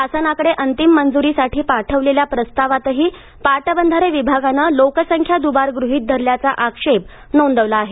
शासनाकडे अंतिम मंज्रीसाठी पाठवलेल्या प्रस्तावातही पाटबंधारे विभागानं लोकसंख्या दुबार गृहीत धरल्याचा आक्षेप नोंदवला आहे